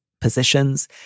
positions